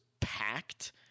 packed